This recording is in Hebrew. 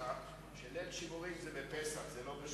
לך שליל שימורים זה בפסח ולא בשבועות.